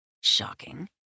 Shocking